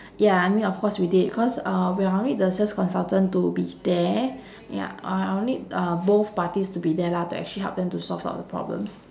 ya I mean of course we did cause uh well I need the sales consultant to be there ya uh I'll need uh both parties to be there lah to actually help them to solve all the problems